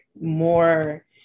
more